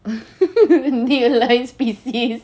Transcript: dia lain species